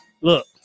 look